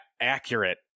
accurate